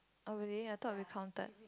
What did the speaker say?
oh really I thought we counted